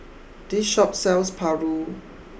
this Shop sells Paru